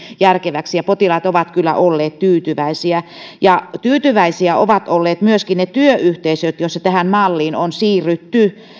järkeväksi ja potilaat ovat kyllä olleet tyytyväisiä ja tyytyväisiä ovat olleet myöskin ne työyhteisöt joissa tähän malliin on siirrytty